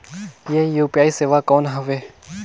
ये यू.पी.आई सेवा कौन हवे?